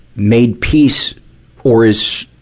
made peace or is,